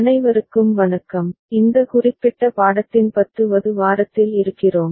அனைவருக்கும் வணக்கம் இந்த குறிப்பிட்ட பாடத்தின் 10 வது வாரத்தில் இருக்கிறோம்